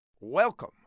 Welcome